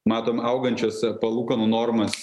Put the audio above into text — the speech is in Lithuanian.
matom augančias palūkanų normas